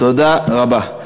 תודה רבה.